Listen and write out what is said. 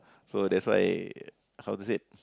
so that's why how to say